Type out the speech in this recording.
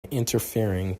interfering